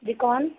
जी कौन